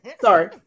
Sorry